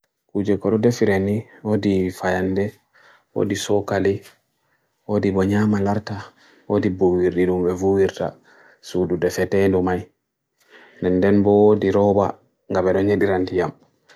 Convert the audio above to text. Uje koro defireni, odi fayande, odi sokale, odi bonyam alarta, odi buhirirum revuhirta, sudu defetelo mai, nenden bo di roba gabero nye dirandiyam.